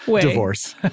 Divorce